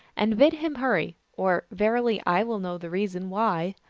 and bid him hurry, or, verily, i will know the reason why.